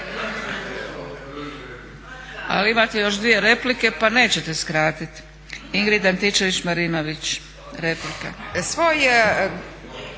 ali imate još dvije replike pa nećete skratiti. Ingrid Antičević-Marinović, replika.